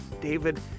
David